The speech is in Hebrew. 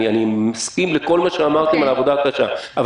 אני מסכים לכל מה שאמרתם על העבודה הקשה,